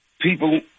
people